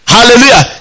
Hallelujah